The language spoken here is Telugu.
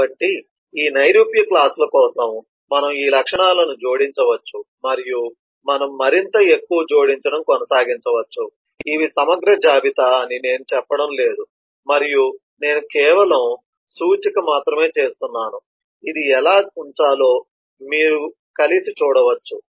కాబట్టి ఈ నైరూప్య క్లాస్ ల కోసం మనము ఈ లక్షణాలను జోడించవచ్చు మరియు మనం మరింత ఎక్కువ జోడించడం కొనసాగించవచ్చు ఇవి సమగ్ర జాబితా అని నేను చెప్పడం లేదు మరియు నేను కేవలం సూచిక మాత్రమే చేస్తున్నాను ఇది ఎలా ఉంచాలో మీరు కలిసి చూడవచ్చు